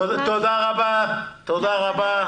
תודה רבה.